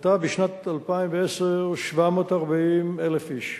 מנתה בשנת 2010 740,000 איש.